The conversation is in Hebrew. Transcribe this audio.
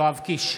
יואב קיש,